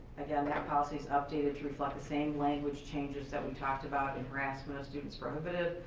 again that policy's updated to reflect the same language changes that we talked about in harassment of students prohibited.